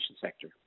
sector